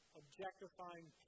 objectifying